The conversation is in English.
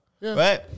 right